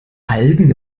algen